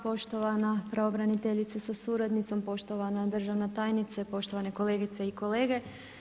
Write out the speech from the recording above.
Poštovana pravobraniteljice sa suradnicom, poštovana državna tajnice, poštovane kolegice i kolege.